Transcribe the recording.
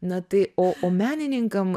na tai o o menininkam